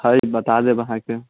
हइ बता देब अहाँकेँ